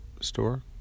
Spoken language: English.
store